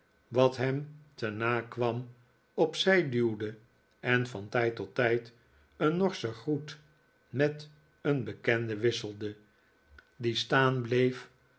wat hem te na kwam op zij duwde en van tijd tot tijd een norschen groet met een bekende wisselde die staan bleef